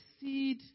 seed